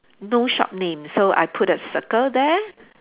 no shop name so I put a circle there